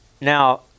Now